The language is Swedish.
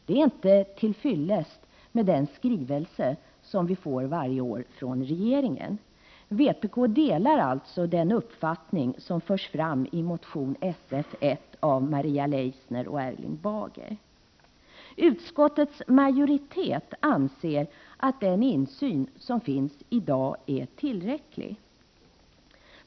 Det är inte till fyllest med den skrivelse som vi får varje år från regeringen. Vpk delar alltså den uppfattning som förs fram i motion Sf1 av Maria Leissner och Erling Bager. Utskottets majoritet anser att den insyn som finns i dag är tillräcklig.